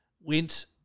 went